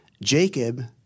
Jacob